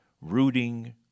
rooting